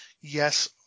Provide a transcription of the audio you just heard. yes